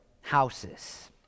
houses